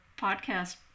podcast